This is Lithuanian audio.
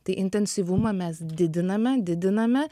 tai intensyvumą mes didiname didiname